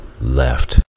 left